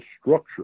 structure